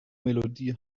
melodie